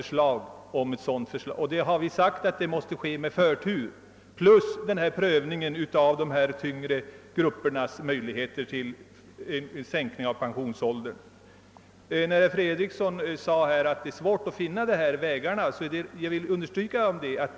vi har sagt att denna utredning måste ske med förtur. Men givetvis bör detta även gälla frågan om en sänkning av pensionsåldern inom de tunga yrkena. |: Det är riktigt som herr Fredriksson säger att det är svårt att finna lämpliga vägar i detta sammanhang.